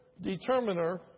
determiner